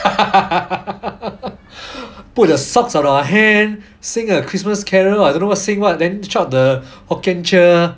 put socks on our hand sing the christmas carols lah don't know what sing what then shout the hokkien cheer